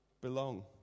belong